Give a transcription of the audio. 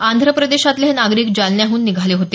आंध्र प्रदेशातले हे नागरिक जालन्याहून निघाले होते